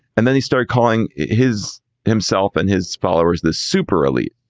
and then he started calling his himself and his followers the super elite,